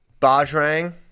Bajrang